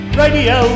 radio